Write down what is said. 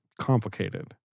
complicated